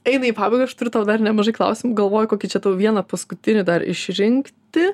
eina į pabaigą aš turiu tau dar nemažai klausimų galvoju kokį čia tau vieną paskutinį dar išrinkti